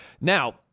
Now